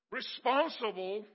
responsible